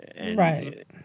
Right